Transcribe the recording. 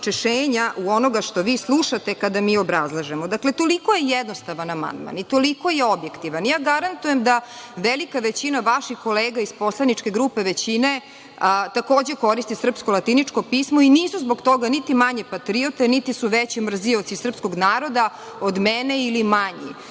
u onoga što vi slušate kada mi obrazlažemo. Dakle, toliko je jednostavan amandman i toliko je objektivan, garantujem da velika većina vaših kolega iz poslaničke grupe većine, takođe koristi srpsko latinično pismo i nisu zbog toga niti manje patriote niti su veći mrzioci srpskog naroda od mene ili manji. Dakle,